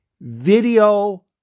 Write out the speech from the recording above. video